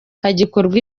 hagikorwa